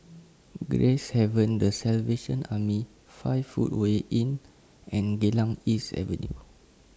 Gracehaven The Salvation Army five Footway Inn and Geylang East Avenue